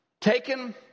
taken